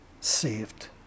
saved